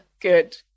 Good